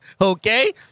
okay